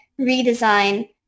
redesign